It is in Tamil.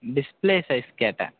டிஸ்ப்ளே சைஸ் கேட்டேன்